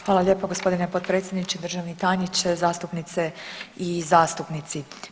Hvala lijepa gospodine potpredsjedniče, državni tajniče, zastupnice i zastupnici.